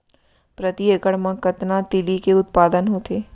प्रति एकड़ मा कतना तिलि के उत्पादन होथे?